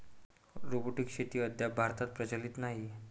robotic शेती अद्याप भारतात प्रचलित नाही